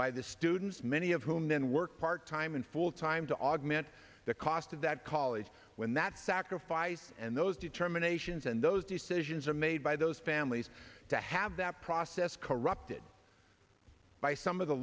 by the students many of whom then work part time and full time to augment the cost of that college when that sacrifice and those determinations and those decisions are made by those families to have that process corrupted by some of the